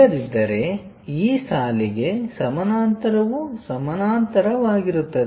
ಇಲ್ಲದಿದ್ದರೆ ಈ ಸಾಲಿಗೆ ಸಮಾನಾಂತರವೂ ಸಮಾನಾಂತರವಾಗಿರುತ್ತದೆ